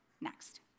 Next